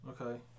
okay